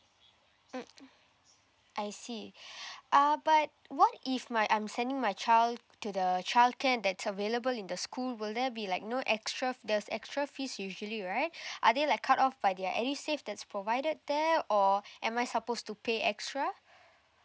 mm I see uh but what if my I'm sending my child to the childcare that's available in the school will there be like no extra there's extra fees usually right are they like cut off by the uh you said that it's provided there or am I supposed to pay extra